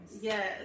yes